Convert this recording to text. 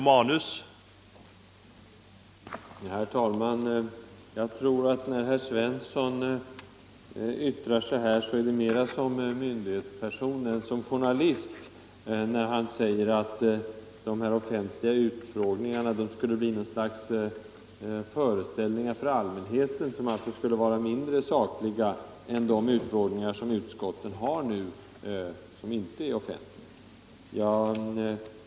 Herr talman! Herr Svensson i Eskilstuna yttrar sig mer som myndighetsperson än såsom journalist, när han påstår att de offentliga utskottsutfrågningarna skulle bli något slags ”föreställningar för allmänheten” och vara mindre sakliga än de utfrågningar som utskotten nu har och som inte är offentliga.